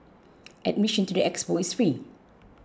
admission to the expo is free